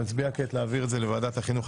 נצביע להעביר את זה לוועדת החינוך,